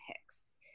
Hicks